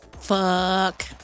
Fuck